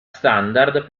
standard